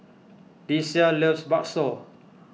Deasia loves Bakso